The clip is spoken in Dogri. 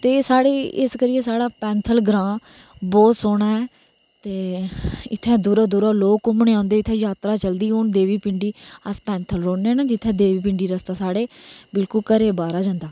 ते साढ़ी इस गल्ला च साढ़ा पैथल ग्रां बहुत सोहना ऐ ते इत्थै दूरा दूरा लोग घूमने गी ओंदे य़ात्रा चलदी हून देवी पिडीं अस पैंथल रौहने जित्थै देवी पिडीं रस्ता साढ़े घरा बाहर जंदा